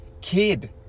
kid